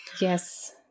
Yes